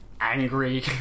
angry